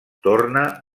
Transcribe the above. torna